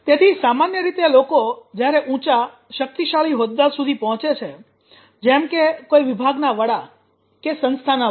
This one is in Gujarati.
તેથી સામાન્ય રીતે લોકો જ્યારે ઊંચા શક્તિશાળી હોદ્દા સુધી પહોચે છે જેમ કે કોઈ વિભાગના વડા કે સંસ્થાના વડા